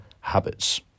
habits